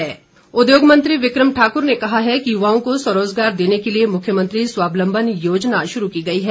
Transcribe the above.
विक्रम ठाक्र उद्योग मंत्री विक्रम ठाक्र ने कहा है कि युवाओं को स्वरोजगार देने के लिए मुख्यमंत्री स्वावलम्बन योजना शुरू की गई है